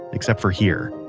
except for here.